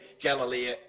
Galilee